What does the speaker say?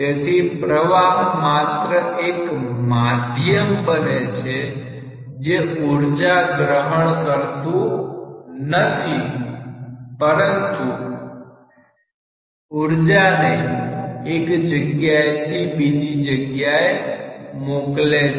તેથી પ્રવાહ માત્ર એક માધ્યમ બને છે જે ઉર્જા ગ્રહણ કરતું નથી પરંતુ ઊર્જાને એક જગ્યાએથી બીજી જગ્યાએ મોકલે છે